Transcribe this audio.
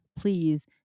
please